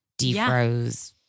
defroze